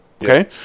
Okay